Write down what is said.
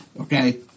okay